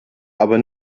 aber